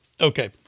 Okay